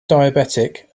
diabetic